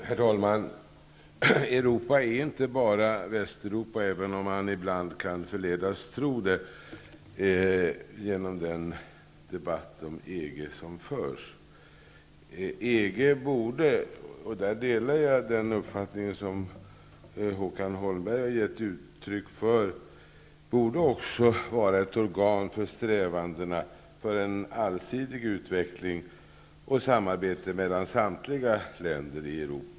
Herr talman! Europa är inte bara Västeuropa, även om man ibland kan förledas tro det av den debatt om EG som förs. EG borde -- och här delar jag den uppfattning som Håkan Holmberg gett uttryck för -- också vara ett organ för strävandena mot en allsidig utveckling och ett samarbete mellan samtliga länder i Europa.